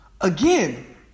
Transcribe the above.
Again